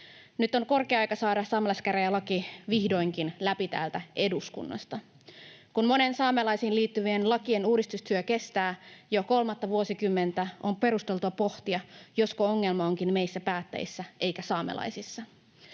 Nyt on korkea aika saada saamelaiskäräjälaki vihdoinkin läpi täältä eduskunnasta. Kun monien saamelaisiin liittyvien lakien uudistustyö kestää jo kolmatta vuosikymmentä, on perusteltua pohtia, josko ongelma onkin meissä päättäjissä eikä saamelaisissa.